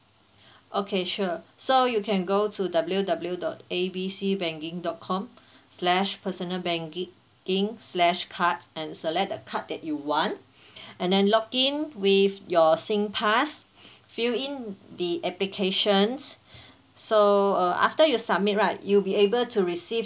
okay sure so you can go to W W dot A B C banking dot com slash personal banki~ king slash card and select the card that you want and then login with your Singpass fill in the applications so uh after you submit right you'll be able to receive